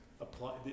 apply